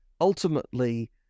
ultimately